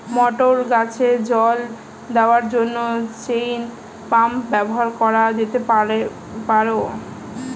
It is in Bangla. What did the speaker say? মটর গাছে জল দেওয়ার জন্য চেইন পাম্প ব্যবহার করা যেতে পার?